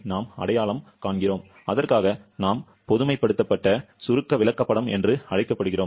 நாம் அடையாளம் காண்கிறோம் அதற்காக நாம் பொதுமைப்படுத்தப்பட்ட சுருக்க விளக்கப்படம் என்று அழைக்கப்படுகிறோம்